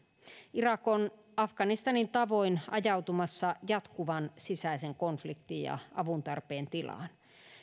irak on afganistanin tavoin ajautumassa jatkuvan sisäisen konfliktin ja avuntarpeen tilaan